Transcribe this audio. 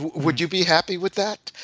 would you be happy with that?